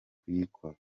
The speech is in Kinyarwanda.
kuyikora